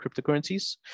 cryptocurrencies